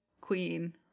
queen